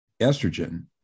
estrogen